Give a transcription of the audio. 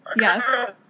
yes